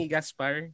Gaspar